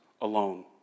alone